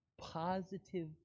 positive